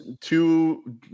two